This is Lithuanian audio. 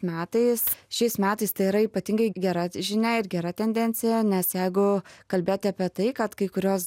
metais šiais metais tai yra ypatingai gera žinia ir gera tendencija nes jeigu kalbėti apie tai kad kai kurios